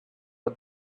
for